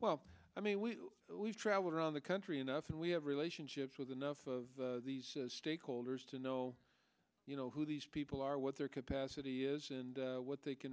well i mean we we've traveled around the country enough and we have relationships with enough of these stakeholders to know you know who these people are what their capacity is and what they can